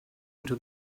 into